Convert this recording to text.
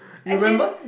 you remember